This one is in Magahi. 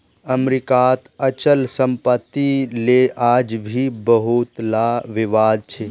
अमरीकात अचल सम्पत्तिक ले आज भी बहुतला विवाद छ